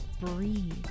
breathe